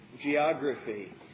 geography